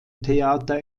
theater